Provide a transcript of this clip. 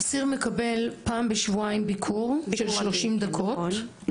אסיר מקבל פעם בשבועיים ביקור של 30 דקות.